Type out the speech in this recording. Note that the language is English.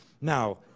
Now